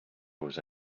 was